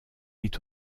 est